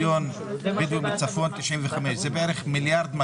בסך הכול זה עולה ל1.2 מיליארד.